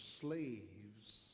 slaves